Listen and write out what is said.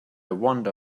wonder